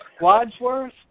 Wadsworth